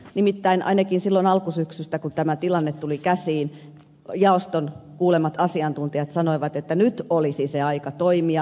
nimittäin ainakin silloin alkusyksystä kun tämä tilanne tuli käsiin jaoston kuulemat asiantuntijat sanoivat että nyt olisi se aika toimia